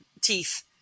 teeth